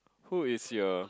who is your